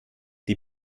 die